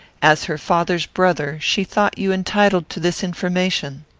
as her father's brother, she thought you entitled to this information.